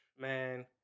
man